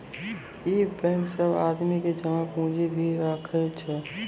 इ बेंक सब आदमी के जमा पुन्जी भी राखै छै